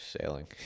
sailing